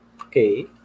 okay